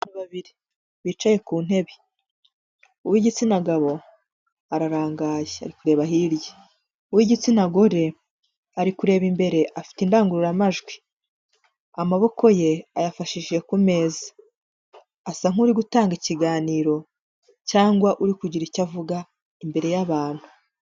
Abantu babiri bicaye ku ntebe uw'igitsina gabo, ararangaye ari kurebe hirya, uw'igitsina gore ari kureba imbere afite indangururamajwi, amaboko ye ayafashishije ku meza, asa nk'uri gutanga ikiganiro cyangwa uri kugira icyo avuga imbere y'abantu.